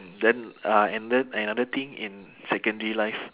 mm then uh and then another thing in secondary life